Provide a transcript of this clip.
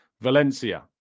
Valencia